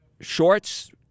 shorts